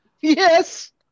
Yes